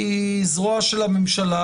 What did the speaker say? היא זרוע של הממשלה,